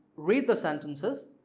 read the sentences,